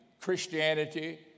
Christianity